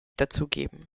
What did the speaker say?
dazugeben